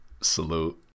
Salute